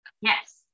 Yes